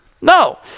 No